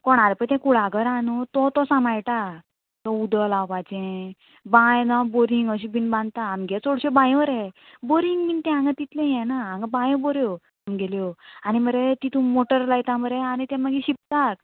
कोणालें पय तें कुळागरां आहा न्हू तो तो सांबाळटा तो उदो लावपाचें बांय ना बोरींग अशें बीन बानता आमगे चडश्यो बांयो रे बोरींग बीन तें हांगा तितलें हें ना हांगा बांयो बऱ्यो आमगेल्यो आनी मरे तितू मोटर लायता मरे आनी ते मागीर शिंपतात